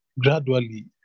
gradually